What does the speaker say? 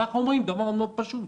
אנחנו אומרים דבר מאוד פשוט: